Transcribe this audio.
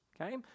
okay